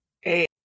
hey